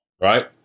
Right